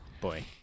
Boy